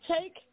take